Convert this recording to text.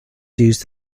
used